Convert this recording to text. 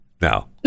Now